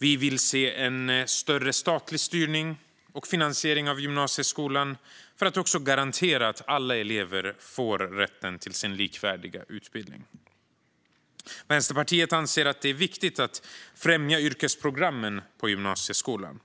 Vi vill se en större statlig styrning och finansiering av gymnasieskolan för att garantera att alla elever får rätten till sin likvärdiga utbildning. Vänsterpartiet anser att det är viktigt att främja yrkesprogrammen på gymnasieskolan.